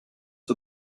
are